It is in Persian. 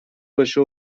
باشه